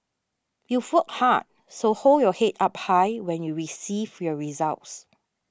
you've work hard so hold your head up high when you receive your results